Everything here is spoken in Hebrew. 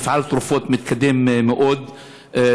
מפעל תרופות מתקדם מאוד,